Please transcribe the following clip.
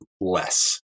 less